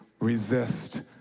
resist